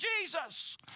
Jesus